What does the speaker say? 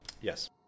Yes